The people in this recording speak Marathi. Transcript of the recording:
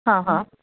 हां हां